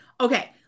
Okay